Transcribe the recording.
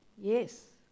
Yes